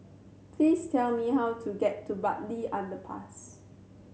please tell me how to get to Bartley Underpass